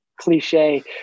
cliche